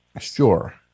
Sure